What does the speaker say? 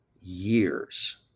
years